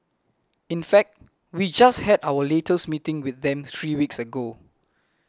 in fact we just had our latest meeting with them three weeks ago